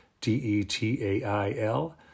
D-E-T-A-I-L